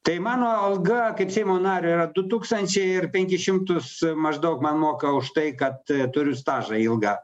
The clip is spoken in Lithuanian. tai mano alga kaip seimo nario yra du tūkstančiai penkis šimtus maždaug man moka už tai kad turiu stažą ilgą